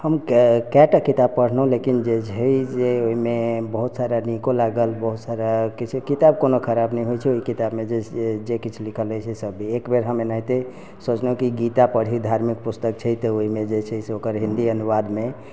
हम कै कैटा किताब पढ़लहुॅं लेकिन जे छै ओहिमे बहुत सारा नीको लागल बहुत सारा किछु किताब कोनो खराब नहि होइ छै ओहि किताब मे जे किछु लिखल रहै छै सब भी एक बेर हम एनहैते सोचलहुॅं की गीता पढ़ी धार्मिक पुस्तक छै तऽ ओहिमे जे छै से ओकर हिन्दी अनुवाद मे